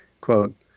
Quote